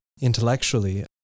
intellectually